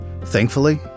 Thankfully